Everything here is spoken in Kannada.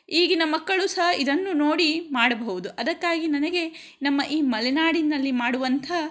ಈಗಿನ ಮಕ್ಕಳು ಸಹ ಇದನ್ನು ನೋಡಿ ಮಾಡಬಹುದು ಅದಕ್ಕಾಗಿ ನನಗೆ ನಮ್ಮ ಈ ಮಲೆನಾಡಿನಲ್ಲಿ ಮಾಡುವಂಥ